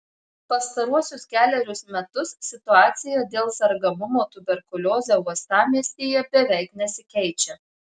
pastaruosius kelerius metus situacija dėl sergamumo tuberkulioze uostamiestyje beveik nesikeičia